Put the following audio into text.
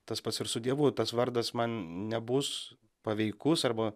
tas pats ir su dievu tas vardas man nebus paveikus arba